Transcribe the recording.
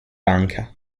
banca